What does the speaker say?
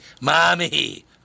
Mommy